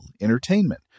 entertainment